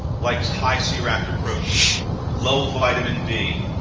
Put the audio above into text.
like high cerebroprotein, low vitamin d,